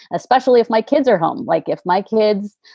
especially if my kids are home. like if my kids,